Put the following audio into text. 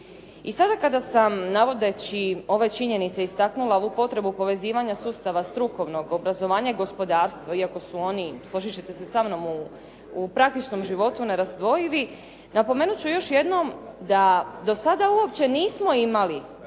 I sada kada sam navodeći ove činjenice istaknula ovu potrebu povezivanja strukovnog obrazovanja i gospodarstvo iako su oni, složit ćete se sa mnom u praktičnom životu nerazdvojivi, napomenut ću još jednom da do sada uopće nismo imali